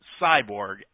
Cyborg